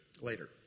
later